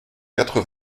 quatre